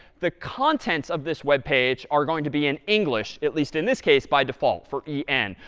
the contents of this web page are going to be in english, at least in this case, by default, for yeah en.